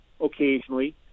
occasionally